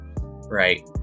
Right